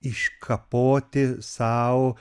iškapoti sau